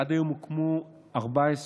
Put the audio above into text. עד היום הוקמו 14